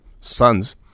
sons